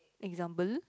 example